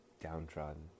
downtrodden